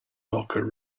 locker